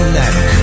neck